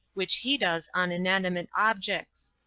which he does on inanimate objects.